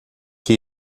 que